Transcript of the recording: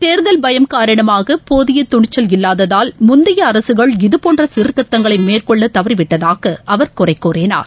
தேர்தல் பயம் காரணமாக போதிய துணிச்சல் இல்லாததால் முந்தைய அரசுகள் இதபோன்ற சீர்திருத்தங்களை மேற்கொள்ள தவறிவிட்டதாக அவர் குறை கூறினார்